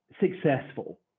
successful